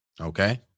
Okay